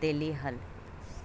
देली हल